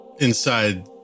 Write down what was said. inside